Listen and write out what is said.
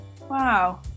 wow